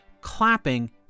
clapping